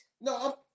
No